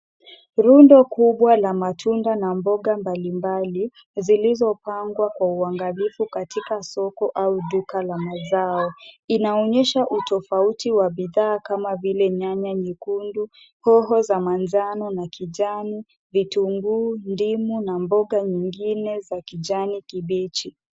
Rundo kubwa la matunda na mboga mbalimbali zilizopangwa kwa uangalifu katika siko au duka la mazao. Inaoyesha tofauti wa bidhaa kama vile nyanya nyekundu ,hoho za manjano na kijani , vitunguu, ndimu na mboga nyingine za kijani kibichi.